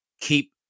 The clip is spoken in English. keep